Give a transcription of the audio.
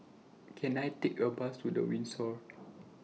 Can I Take A Bus to The Windsor